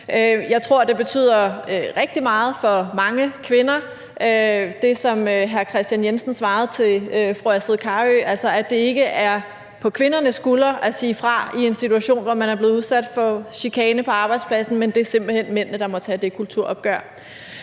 Carøe, betyder rigtig meget for mange kvinder, altså at det ikke ligger på kvindernes skuldre at sige fra i en situation, hvor man er blevet udsat for chikane på arbejdspladsen, men at det simpelt hen er mændene, der må tage det kulturopgør.